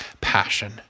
passion